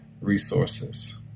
resources